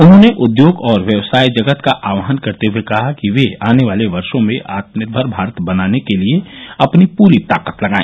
उन्होंने उद्योग और व्यवसाय जगत का आह्वान करते हुए कहा कि वे आने वाले वर्षो में आत्मनिर्मर भारत बनाने के लिए अपनी पूरी ताकत लगाए